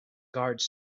guards